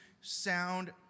sound